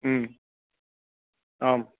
आं